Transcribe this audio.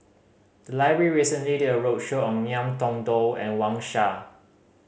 the library recently did a roadshow on Ngiam Tong Dow and Wang Sha